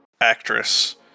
actress